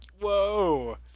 Whoa